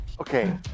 Okay